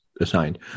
assigned